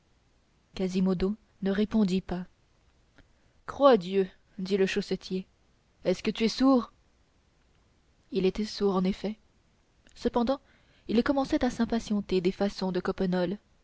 quasimodo ne répondit pas croix dieu dit le chaussetier est-ce que tu es sourd il était sourd en effet cependant il commençait à s'impatienter des façons de